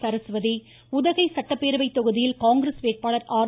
சரஸ்வதி உதகை சட்டப்பேரவை தொகுதியில் காங்கிரஸ் வேட்பாளர் ஆர்